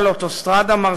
הם עלו על אוטוסטרדה מרשימה